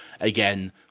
again